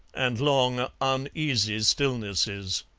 and long, uneasy stillnesses.